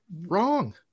Wrong